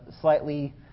slightly